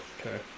Okay